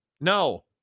no